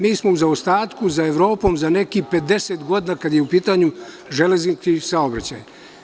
U zaostatku smo za Evropom za nekih 50 godina kada je u pitanju železnički saobraćaj.